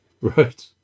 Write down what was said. Right